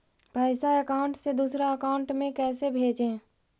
पैसा अकाउंट से दूसरा अकाउंट में कैसे भेजे?